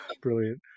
brilliant